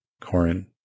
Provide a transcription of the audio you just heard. Corin